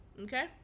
okay